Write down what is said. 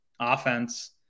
offense